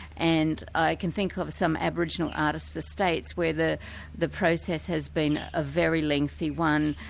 and i can think of some aboriginal artists' estates where the the process has been a very lengthy one,